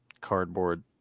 cardboard